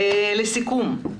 לסיכום,